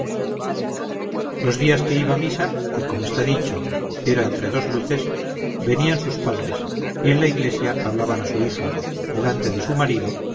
los días que iba a misa que como está dicho era entre dos luces venían sus padres y en la iglesia hablaban a su hija delante de su marido